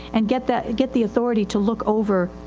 and get that, get the authority to look over,